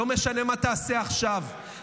לא משנה מה תעשה עכשיו,